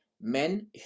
men